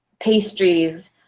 pastries